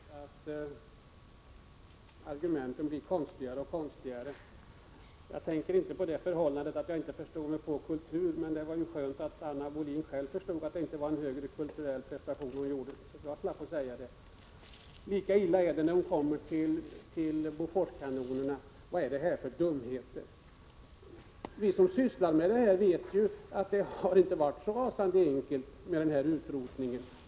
Herr talman! Som kammarens ledamöter märker blir argumenten allt — 29 april 1987 konstigare. Jag tänker inte på det förhållandet att jag inte förstod mig på kultur, men det var ju skönt att Anna Wohlin-Andersson själv förstod att det inte var någon större kulturell prestation hon gjorde så jag slapp att säga det. Lika illa är det när hon talar om Boforskanoner. Vad är det här för dumheter? Vi som sysslar med detta vet att det inte varit så rasande enkelt med den här utrotningen.